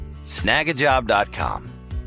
snagajob.com